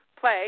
play